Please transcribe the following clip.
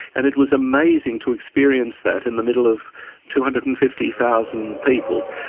and it was amazing to experience that in the middle of two hundred and fifty thousand people.